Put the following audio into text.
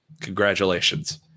congratulations